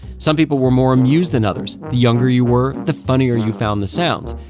some people were more amused than others the younger you were, the funnier you found the sounds.